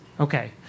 Okay